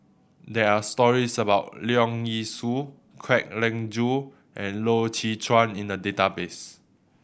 there are stories about Leong Yee Soo Kwek Leng Joo and Loy Chye Chuan in the database